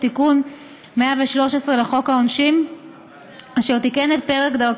אנחנו עוברים להצעת חוק